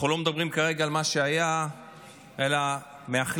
אנחנו לא מדברים כרגע על מה שהיה אלא מאחלים